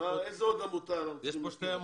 איזו עוד עמותה נשמע?